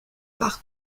par